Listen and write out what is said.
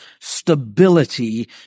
stability